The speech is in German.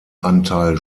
anteil